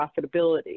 profitability